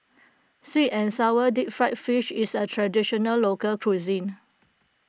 Sweet and Sour Deep Fried Fish is a Traditional Local Cuisine